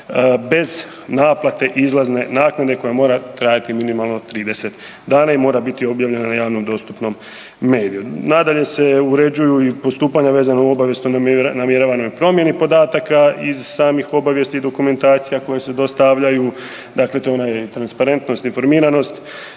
bez naplate izlazne naknade koje mora trajati minimalno 30 dana i mora biti objavljena na javno dostupnom mediju. Nadalje se uređuju i postupanja vezana uz obavijest o namjeravanoj promjeni podataka iz samih obavijesti i dokumentacija koje se dostavljaju, dakle to je ona transparentnost informiranost.